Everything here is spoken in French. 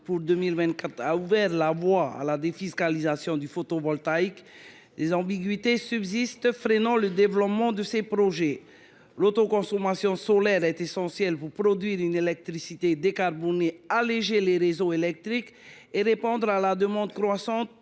pour 2024 ait ouvert la voie à la défiscalisation de la production photovoltaïque, des ambiguïtés subsistent qui freinent le développement de ces projets. Or l’autoconsommation solaire est essentielle pour produire une électricité décarbonée, alléger les réseaux électriques et répondre à la demande croissante,